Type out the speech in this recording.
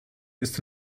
ist